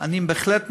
אני בהחלט מעודד,